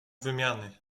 wymiany